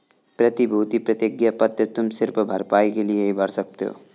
प्रतिभूति प्रतिज्ञा पत्र तुम सिर्फ भरपाई के लिए ही भर सकते हो